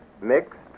mixed